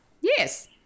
Yes